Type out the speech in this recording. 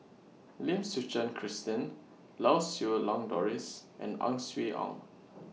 Lim Suchen Christine Lau Siew Lang Doris and Ang Swee Aun